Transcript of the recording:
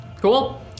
Cool